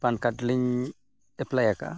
PAN card ᱞᱤᱧ ᱮᱞᱯᱟᱭ ᱟᱠᱟᱫᱼᱟ